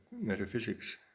metaphysics